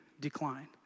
decline